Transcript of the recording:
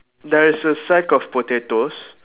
there is a sack of potatoes